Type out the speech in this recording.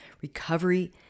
Recovery